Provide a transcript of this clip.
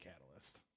catalyst